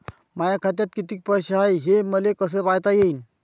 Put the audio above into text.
माया खात्यात कितीक पैसे हाय, हे मले कस पायता येईन?